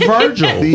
Virgil